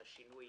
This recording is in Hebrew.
השינוי,